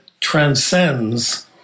transcends